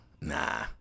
nah